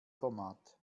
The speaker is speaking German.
format